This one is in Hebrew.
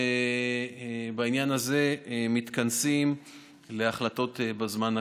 בעניין הזה אנחנו מתכנסים להחלטות בזמן הקרוב.